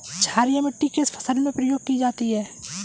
क्षारीय मिट्टी किस फसल में प्रयोग की जाती है?